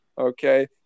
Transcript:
Okay